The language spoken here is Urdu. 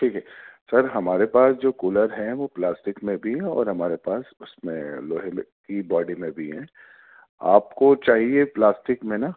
ٹھیک ہے سر ہمارے پاس جو کولر ہیں وہ پلاسٹک میں بھی ہیں اور ہمارے پاس اس میں لوہے کی بوڈی میں بھی ہیں آپ کو چاہیے پلاسٹک میں نا